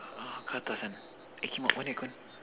uh third person eh tengok tengok tu